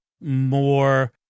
more